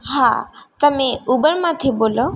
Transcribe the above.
હા તમે ઉબરમાંથી બોલો